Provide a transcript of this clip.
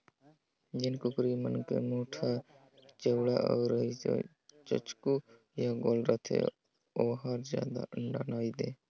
जेन कुकरी के मूढ़ हर चउड़ा नइ रहि के चोचकू य गोल रथे ओ हर जादा अंडा नइ दे